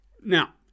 Now